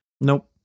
Nope